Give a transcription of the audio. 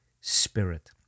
spirit